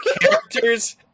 characters